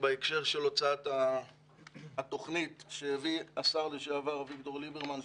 בהקשר של הוצאת התוכנית שהביא השר לשעבר אביגדור ליברמן,